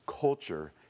culture